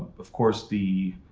of course, the